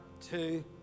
two